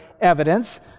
evidence